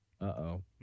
Uh-oh